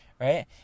right